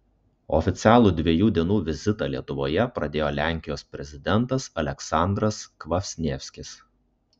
oficialų dviejų dienų vizitą lietuvoje pradėjo lenkijos prezidentas aleksandras kvasnievskis